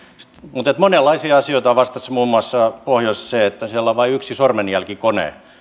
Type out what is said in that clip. mutta monenlaisia asioita on vastassa muun muassa pohjoisessa se että siellä on vain yksi sormenjälkikone